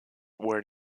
where